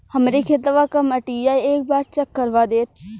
हमरे खेतवा क मटीया एक बार चेक करवा देत?